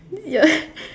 ya